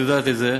ואת יודעת את זה,